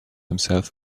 himself